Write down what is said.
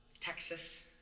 Texas